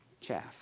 chaff